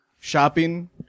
shopping